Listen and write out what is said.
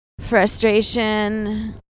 frustration